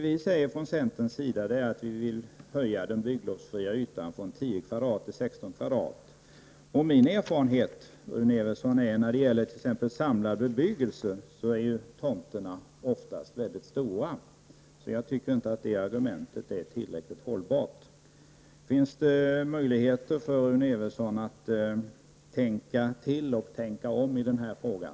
Vi i centern vill höja den bygglovsfria ytan från 10 m? till 16 m?. Min erfarenhet i samlad bebyggelse är att tomterna där oftast är mycket stora. Jag tycker alltså inte att Rune Evenssons argument är hållbart. Finns det möjligheter för Rune Evensson att tänka till och tänka om i den här frågan?